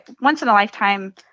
once-in-a-lifetime